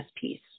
piece